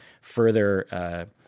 further